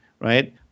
right